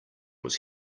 was